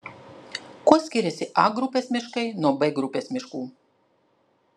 kuo skiriasi a grupės miškai nuo b grupės miškų